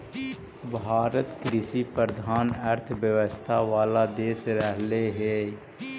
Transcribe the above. भारत कृषिप्रधान अर्थव्यवस्था वाला देश रहले हइ